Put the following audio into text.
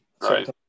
Right